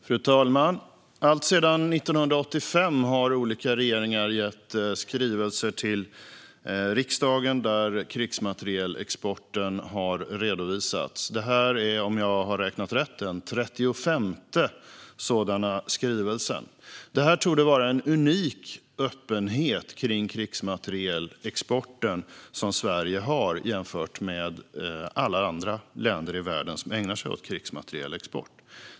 Fru talman! Alltsedan 1985 har olika regeringar gett skrivelser till riksdagen där krigsmaterielexporten har redovisats. Det här är, om jag har räknat rätt, den 35:e skrivelsen av det slaget. Det torde vara en unik öppenhet kring krigsmaterielexporten som Sverige har, jämfört med alla andra länder i världen som ägnar sig åt krigsmaterielexport.